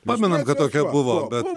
pamenam kad tokia buvo bet